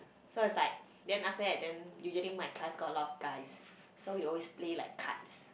so it's like then after that then usually my class got a lot of guys so we always play like cards